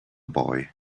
boy